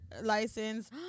license